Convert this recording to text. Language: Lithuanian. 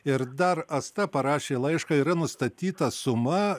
ir dar asta parašė laišką yra nustatyta suma